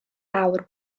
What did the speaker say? awr